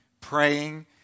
praying